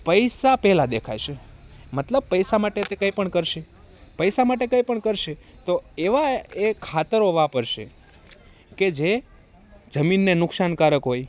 પૈસા પહેલાં દેખાશે મતલબ પૈસા માટે તે કંઈ પણ કરશે પૈસા માટે કંઈ પણ કરશે તો એવા એ ખાતરો વાપરશે કે જે જમીનને નુકસાનકારક હોય